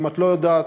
אם את לא יודעת,